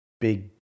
big